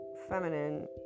feminine